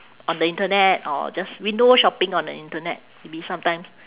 on the internet or just window shopping on the internet maybe sometimes